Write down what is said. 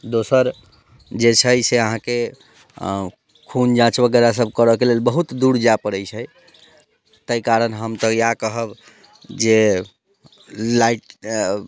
दोसर जे छै से अहाँके खून जाँच वगैरह सभ करयके लेल बहुत दूर जाय पड़ैत छै ताहि कारण हम तऽ इएह कहब जे लाइट